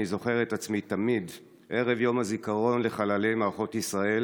זוכר את עצמי תמיד ערב יום הזיכרון לחללי מלחמות ישראל